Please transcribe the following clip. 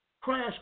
Crash